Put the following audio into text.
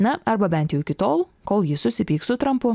na arba bent jau iki tol kol jis susipyks su trampu